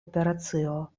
operacio